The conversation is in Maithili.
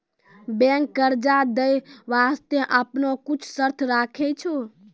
बैंकें कर्जा दै बास्ते आपनो कुछ शर्त राखै छै